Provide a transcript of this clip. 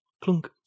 clunk